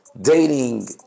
dating